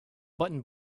button